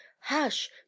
hush